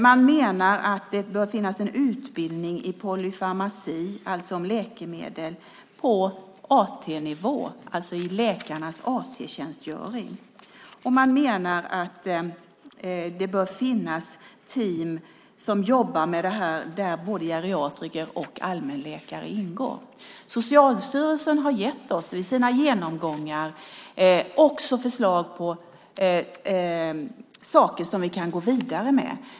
Man menar att det bör finnas en utbildning i polypharmaci, alltså om läkemedel, på AT-nivå, alltså i läkarnas AT-tjänstgöring. Och man menar att det bör finnas team som jobbar med detta där både geriatriker och allmänläkare ingår. Socialstyrelsen har i sina genomgångar också gett oss förslag på saker som vi kan gå vidare med.